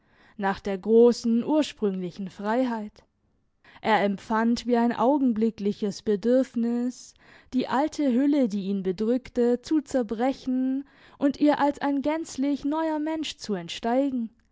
nach der grossen ursprünglichen freiheit er empfand wie ein augenblickliches bedürfnis die alte hülle die ihn bedrückte zu zerbrechen und ihr als ein gänzlich neuer mensch zu entsteigen